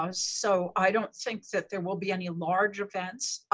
um so i don't think that there will be any large events.